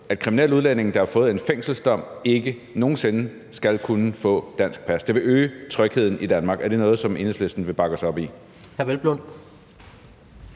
at kriminelle udlændinge, der har fået en fængselsdom, ikke nogen sinde skal kunne få dansk pas. Det vil øge trygheden i Danmark. Er det noget, som Enhedslisten vil bakke os op i?